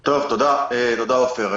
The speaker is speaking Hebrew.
תודה, עפר.